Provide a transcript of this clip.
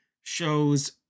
shows